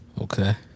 okay